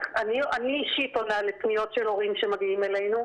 אני אישית עונה לפניות של הורים שמגיעות אלינו.